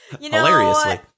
Hilariously